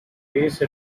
case